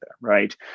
Right